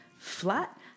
Flat